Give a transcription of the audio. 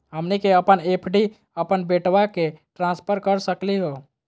हमनी के अपन एफ.डी अपन बेटवा क ट्रांसफर कर सकली हो?